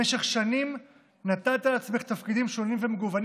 במשך שנים נטלת על עצמך תפקידים שונים ומגוונים